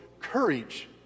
courage